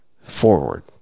forward